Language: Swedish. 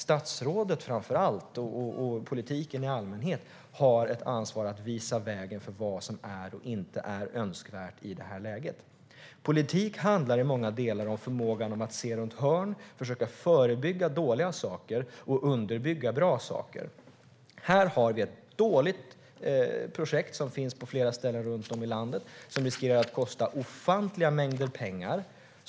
Statsrådet och politiken i allmänhet har framför allt ett ansvar att visa vägen för vad som är och inte är önskvärt i detta läge. Politik handlar i många delar om förmågan att se runt hörn och försöka förebygga dåliga saker och underbygga bra saker. Här har vi ett dåligt projekt som finns på flera ställen runt om i landet. Det riskerar att kosta ofantliga mängder pengar.